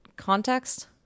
Context